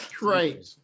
right